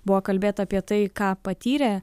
buvo kalbėta apie tai ką patyrė